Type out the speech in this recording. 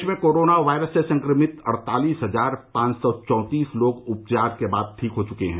देश में corona virus से संक्रमित अड़तालीस हजार पांच सौ चौंतीस लोग उपचार के बाद ठीक हो चुके हैं